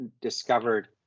discovered